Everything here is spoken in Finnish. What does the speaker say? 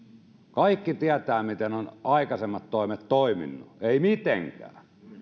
kaikki tietävät miten ovat aikaisemmat toimet toimineet eivät mitenkään